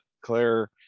Claire